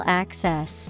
access